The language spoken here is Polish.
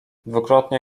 dwukrotnie